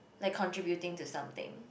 like contributing to something